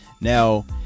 Now